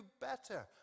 better